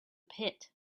pit